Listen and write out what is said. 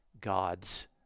God's